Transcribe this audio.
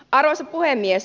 arvoisa puhemies